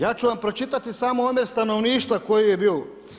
Ja ću vam pročitati samo one, stanovništva koje je bilo.